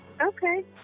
Okay